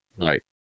Right